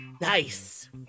Nice